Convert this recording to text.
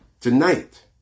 tonight